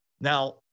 Now